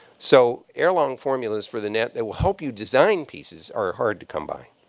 so erelong formulas for the net that will help you design pieces are hard to come by.